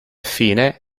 affine